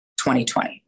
2020